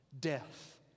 death